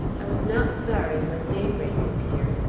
i was not sorry when daybreak appeared,